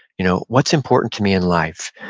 you know what's important to me in life?